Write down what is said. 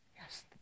Yes